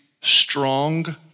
strong